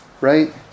right